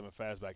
fastback